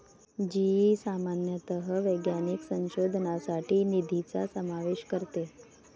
जी सामान्यतः वैज्ञानिक संशोधनासाठी निधीचा समावेश करते